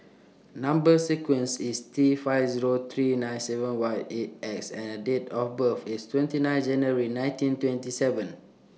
Number sequence IS T five Zero three nine seven one eight X and Date of birth IS twenty nine January nineteen twenty seven